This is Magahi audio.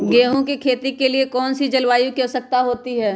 गेंहू की खेती के लिए कौन सी जलवायु की आवश्यकता होती है?